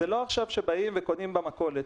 זה לא שבאים וקונים במכולת.